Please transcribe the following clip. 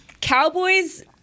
Cowboys